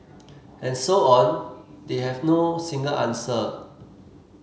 and so on that have no single answer